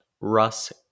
Russ